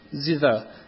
zither